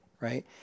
right